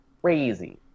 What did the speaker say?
crazy